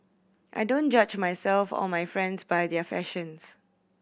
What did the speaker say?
I don't judge myself or my friends by their fashions